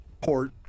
port